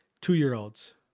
two-year-olds